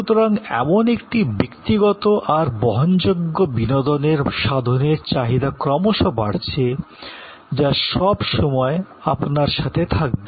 সুতরাং এমন একটি ব্যক্তিগত আর বহনযোগ্য বিনোদনের সাধনের চাহিদা ক্রমশ বাড়ছে যা সবসময় আপনার সাথে থাকবে